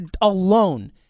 alone